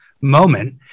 moment